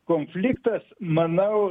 konfliktas manau